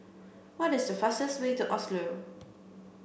what is the fastest way to Oslo